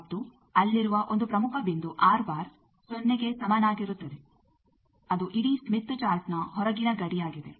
ಮತ್ತು ಅಲ್ಲಿರುವ ಒಂದು ಪ್ರಮುಖ ಬಿಂದು ಸೊನ್ನೆಗೆ ಸಮಾನಾಗಿರುತ್ತದೆ ಅದು ಇಡೀ ಸ್ಮಿತ್ ಚಾರ್ಟ್ನ ಹೊರಗಿನ ಗಡಿಯಾಗಿದೆ